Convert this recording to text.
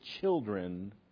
children